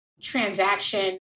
transaction